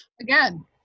Again